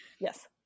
Yes